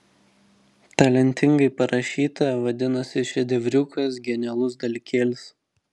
talentingai parašyta vadinasi šedevriukas genialus dalykėlis